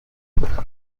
ibyaduka